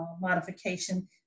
modification